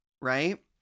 Right